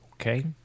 okay